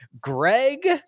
Greg